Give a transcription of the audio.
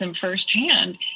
firsthand